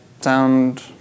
sound